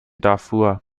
darfur